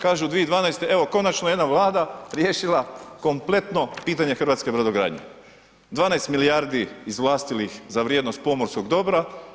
Kažu 2012.: „Evo konačno jedna Vlada riješila kompletno pitanje hrvatske brodogradnje.“ 12 milijardi izvlastili ih za vrijednost pomorskog dobra.